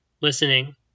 listening